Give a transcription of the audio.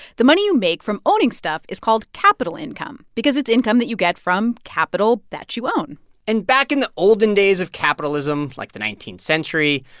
the money you make from owning stuff is called capital income because it's income that you get from capital that you own and back in the olden days of capitalism, like, the nineteenth century,